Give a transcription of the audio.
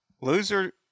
Loser